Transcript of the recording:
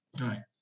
Right